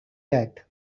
that